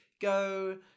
go